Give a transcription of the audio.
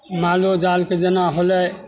मालोजालके जेना होलै